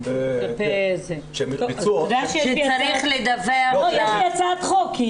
יש לי הצעת חוק.